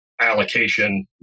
allocation